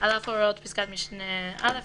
(ב)על אף הוראות פסקת משנה (א),